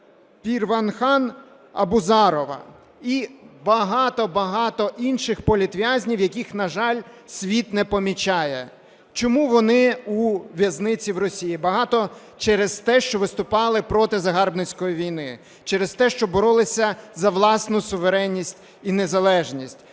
Парвінахан Абузарова і багато-багато інших політв'язнів, яких, на жаль, світ не помічає. Чому вони у в'язниці в Росії? Багато через те, що виступали проти загарбницької війни, через те, що боролися за власну суверенність і незалежність.